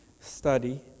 study